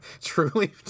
truly